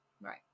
Right